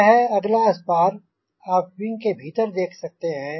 यह है अगला स्पार आप विंग के भीतर देख सकते हैं